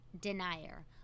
denier